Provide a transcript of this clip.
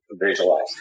visualize